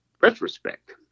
retrospect